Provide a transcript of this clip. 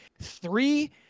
Three